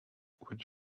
what